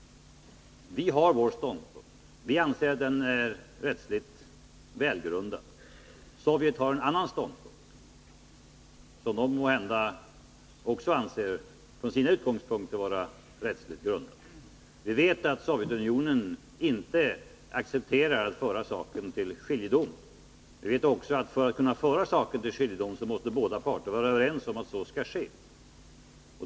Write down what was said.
Vi har vår ståndpunkt. Vi anser att den är rättsligt välgrundad. Sovjet har en annan ståndpunkt, som dess företrädare från sina utgångspunkter måhända också anser vara rättsligt grundad. Vi vet att Sovjetunionen inte accepterar att föra saken till skiljedom. Vi vet också att för att saken skall kunna föras till skiljedom måste båda parter vara överens om att så skall ske.